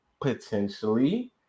potentially